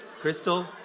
Crystal